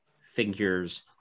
figures